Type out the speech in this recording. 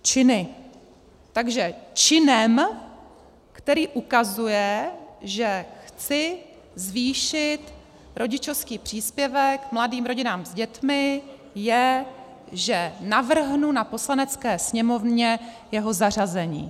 Činy takže činem, který ukazuje, že chci zvýšit rodičovský příspěvek mladým rodinám s dětmi, je, že navrhnu na Poslanecké sněmovně jeho zařazení.